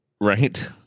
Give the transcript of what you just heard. right